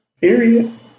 Period